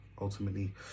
ultimately